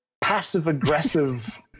passive-aggressive